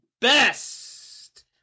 best